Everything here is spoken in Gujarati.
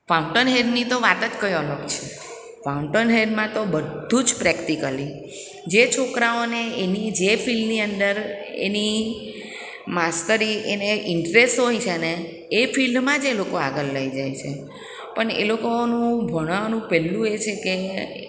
ફાઉન્ટન હેડની તો વાત જ કંઈ અલગ છે ફાઉન્ટન હેડમાં તો બધું જ પ્રેક્ટિકલી જે છોકરાઓને એની જે ફિલ્ડની અંદર એની માસ્તરી એને ઇન્ટરેસ્ટ હોય છે ને એ ફિલ્ડમાં જ એ લોકો આગળ લઈ જાય છે પણ એ લોકોનું ભણાવવાનું પેલું એ છે કે